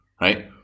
Right